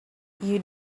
you